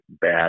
bad